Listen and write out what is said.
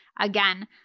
Again